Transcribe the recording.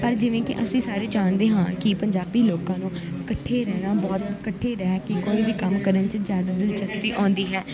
ਪਰ ਜਿਵੇਂ ਕਿ ਅਸੀਂ ਸਾਰੇ ਜਾਣਦੇ ਹਾਂ ਕਿ ਪੰਜਾਬੀ ਲੋਕਾਂ ਨੂੰ ਇਕੱਠੇ ਰਹਿਣਾ ਬਹੁਤ ਇਕੱਠੇ ਰਹਿ ਕੇ ਕੋਈ ਵੀ ਕੰਮ ਕਰਨ 'ਚ ਜ਼ਿਆਦਾ ਦਿਲਚਸਪੀ ਆਉਂਦੀ ਹੈ